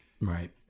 Right